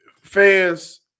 fans